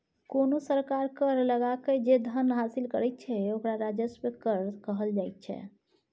कोनो सरकार कर लगाकए जे धन हासिल करैत छै ओकरा राजस्व कर कहल जाइत छै